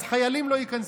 אז "חיילים לא ייכנסו".